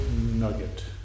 nugget